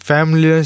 Family